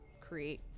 create